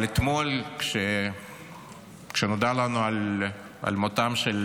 אבל אתמול, כשנודע לנו על מותם של